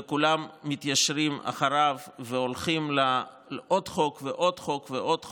וכולם מתיישרים אחריו והולכים לעוד חוק ועוד חוק ועוד חוק,